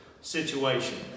situation